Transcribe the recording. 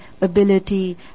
ability